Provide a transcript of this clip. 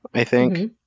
i think.